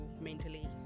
mentally